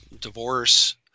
divorce